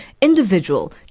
individual